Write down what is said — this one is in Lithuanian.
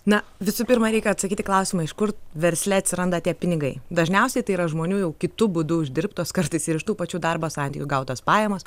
na visų pirma reikia atsakyti į klausimą iš kur versle atsiranda tie pinigai dažniausiai tai yra žmonių jau kitu būdu uždirbtos kartais ir iš tų pačių darbo sąlygų gautos pajamos